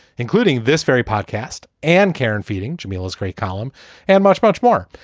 including this very podcast and care and feeding jamelia. great column and much, much more.